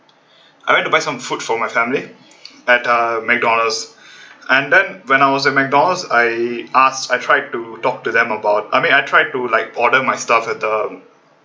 I went to buy some food for my family at uh mcdonald's and then when I was at mcdonald's I asked I tried to talk to them about I mean I tried to like order my stuff at the